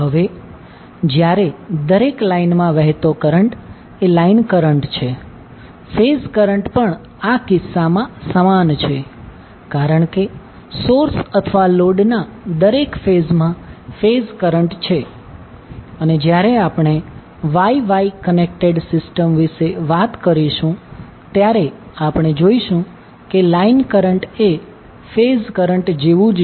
હવે જ્યારે દરેક લાઈનમાં વહેતો કરંટ એ લાઈન કરંટ છે ફેઝ કરંટ પણ આ કિસ્સામાં સમાન છે કારણ કે સોર્સ અથવા લોડના દરેક ફેઝમાં ફેઝ કરંટ છે અને જ્યારે આપણે Y Y કનેક્ટેડ સિસ્ટમ વિશે વાત કરીશું ત્યારે આપણે જોઇશું કે લાઈન કરંટ એ ફેઝ કરંટ જેવું જ છે